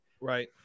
Right